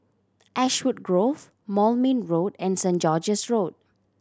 Ashwood Grove Moulmein Road and Saint George's Road